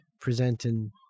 presenting